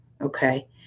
okay